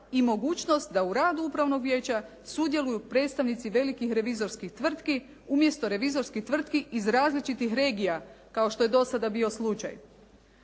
i mogućnost da u radu Upravnog vijeća sudjeluju predstavnici velikih revizorskih tvrtki umjesto revizorskih tvrtki iz različitih regija kao što je do sada bio slučaj.